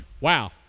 Wow